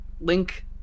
link